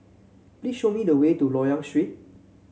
please show me the way to Loyang Street